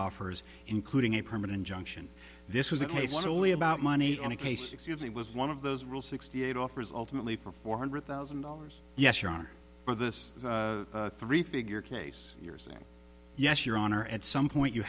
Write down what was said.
offers including a permanent junction this was a case only about money on a case it was one of those real sixty eight offers ultimately for four hundred thousand dollars yes your honor for this three figure case you're saying yes your honor at some point you